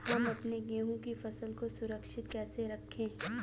हम अपने गेहूँ की फसल को सुरक्षित कैसे रखें?